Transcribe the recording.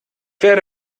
werde